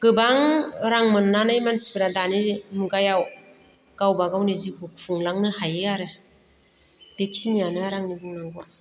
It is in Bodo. गोबां रां मोन्नानै मानसिफोरा दानि मुगायाव गावबा गावनि जिउखौ खुंलांनो हायो आरो बेखिनियानो आरो आंनि बुंनांगौआ